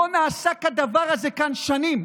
לא נעשה כדבר הזה כאן שנים,